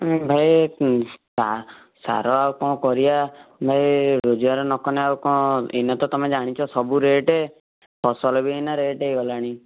ନାଇଁ ଭାଇ ଉଁ ସାର ଆଉ କଣ କରିବା ଭାଇ ରୋଜଗାର ନକଲେ ଆଉ କଣ ଏଇନା ତ ତମେ ଜାଣିଛ ସବୁ ରେଟ୍ ଫସଲ ବି ଏଇନା ରେଟ୍ ହେଇଗଲାଣି